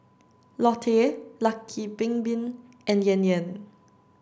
Lotte Lucky Bin Bin and Yan Yan